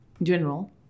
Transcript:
general